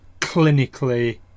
clinically